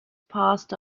passed